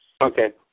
Okay